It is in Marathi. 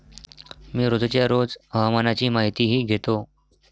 मी रोजच्या रोज हवामानाची माहितीही घेतो